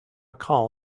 call